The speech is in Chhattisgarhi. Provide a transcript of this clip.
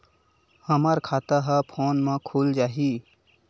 हमर खाता ह फोन मा खुल जाही?